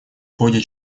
ходе